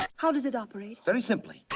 how does it operate? very simply.